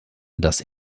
das